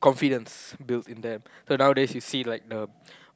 confidence build in them so now a days you see like the